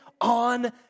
on